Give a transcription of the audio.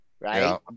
right